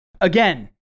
Again